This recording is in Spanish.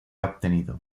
obtenido